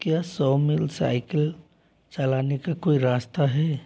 क्या सौ मील साइकिल चलाने का कोई रास्ता है